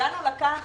לנו לקח